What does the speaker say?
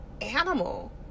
animal